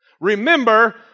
Remember